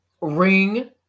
ring